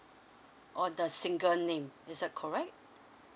on a single name is that correct